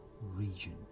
region